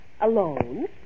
Alone